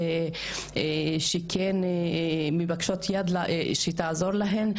או מבקשות יד שתעזור להן,